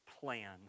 plan